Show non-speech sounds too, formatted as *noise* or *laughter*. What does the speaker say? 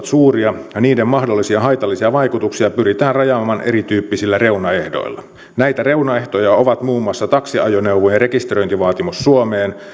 *unintelligible* suuria ja niiden mahdollisia haitallisia vaikutuksia pyritään rajaamaan erityyppisillä reunaehdoilla näitä reunaehtoja ovat muun muassa taksiajoneuvojen rekisteröintivaatimus suomeen